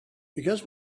because